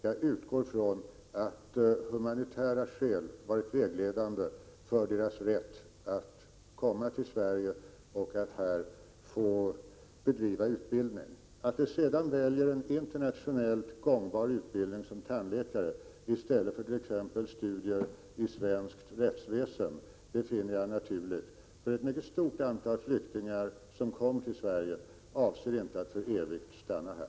Jag utgår från att humanitära skäl varit vägledande för dessa personers rätt att komma till Sverige och att här få undergå utbildning. Att de väljer en internationellt gångbar utbildning — såsom utbildning till tandläkare —i stället för studier it.ex. svenskt rättsväsen finner jag naturligt, för ett mycket stort antal flyktingar som kommer till Sverige avser inte att för evigt stanna här.